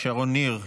שרון ניר,